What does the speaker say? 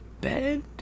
bed